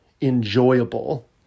enjoyable